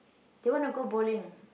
they wanna go bowling